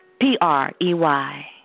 P-R-E-Y